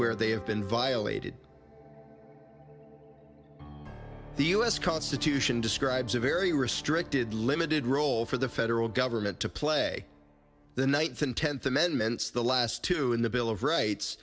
where they have been violated the us constitution describes a very restricted limited role for the federal government to play the ninth and tenth amendments the last two in the bill of rights